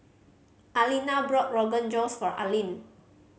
Alina bought Rogan Josh for Aline